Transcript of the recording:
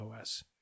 OS